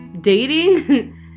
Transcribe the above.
dating